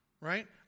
Right